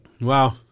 wow